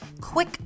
quick